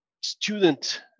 student